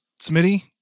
smitty